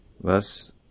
Thus